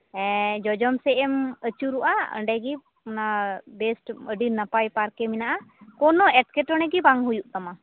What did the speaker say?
ᱦᱮᱸ ᱡᱚᱡᱚᱢ ᱥᱮᱫ ᱮᱢ ᱟᱹᱪᱩᱨᱚᱜᱼᱟ ᱚᱸᱰᱮᱜᱮ ᱵᱮᱥᱴ ᱟᱹᱰᱤ ᱱᱟᱯᱟᱭ ᱟᱨᱠᱮ ᱢᱮᱱᱟᱜᱼᱟ ᱠᱳᱱᱳ ᱮᱸᱴᱠᱮᱴᱚᱬᱮ ᱜᱮ ᱵᱟᱝ ᱦᱩᱭᱩᱜ ᱛᱟᱢᱟ